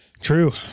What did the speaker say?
True